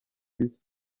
visi